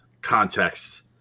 context